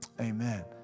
amen